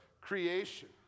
creation